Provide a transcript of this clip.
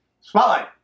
Spotlight